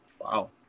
Wow